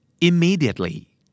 Immediately